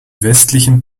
westlichen